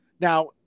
Now